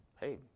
hey